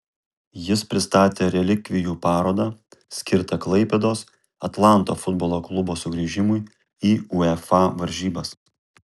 jis pristatė relikvijų parodą skirtą klaipėdos atlanto futbolo klubo sugrįžimui į uefa varžybas